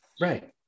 right